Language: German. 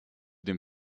dem